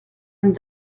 and